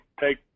take